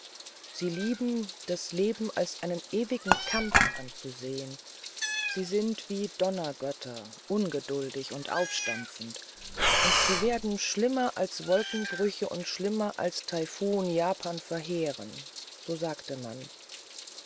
sie lieben das leben als einen ewigen krieg anzusehen sie sind wie donnergötter ungeduldig und aufstampfend und sie werden schlimmer als wolkenbrüche und schlimmer als taifun japan verheeren so sagte man